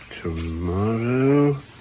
tomorrow